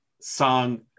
song